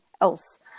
else